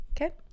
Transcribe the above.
Okay